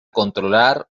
controlar